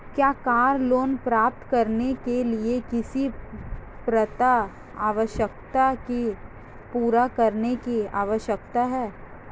क्या car loan प्राप्त करने के लिए किसी पात्रता आवश्यकता को पूरा करने की आवश्यकता है?